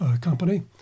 company